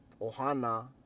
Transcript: Ohana